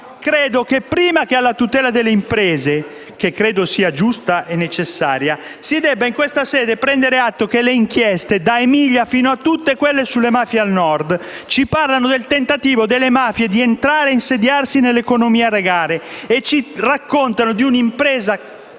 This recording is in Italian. Credo che, prima della tutela delle imprese, che credo sia giusta e necessaria, si debba in questa sede prendere atto che le inchieste, da quella in Emilia fino a tutte quelle sulle mafie al Nord, ci parlano del tentativo delle mafie di entrare e insediarsi nell'economia legale e ci raccontano di un'impresa